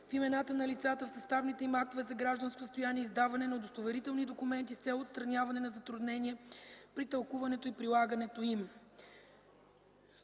в имената на лицата в съставените им актове за гражданско състояние и издаване на удостоверителни документи с цел отстраняване на затруднения при тълкуването и прилагането им.